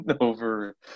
over